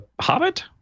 hobbit